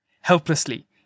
helplessly